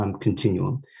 continuum